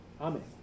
Amen